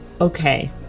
Okay